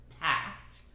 packed